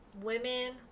women